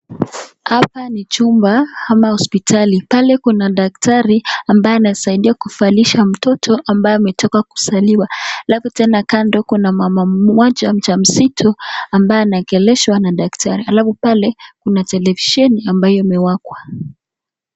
Hapa ni chumba ama hospitali pale kuna daktari ambaye anasaidia kuvalisha mtoto ambaye ametoka kuzaliwa alafu tena kando kuna mama mmoja mjamzito ambaye anaongeshwa na daktari alafu pale kuna televisheni ambayo imewakwa.